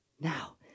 Now